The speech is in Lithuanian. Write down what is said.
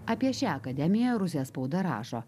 apie šią akademiją rusijos spauda rašo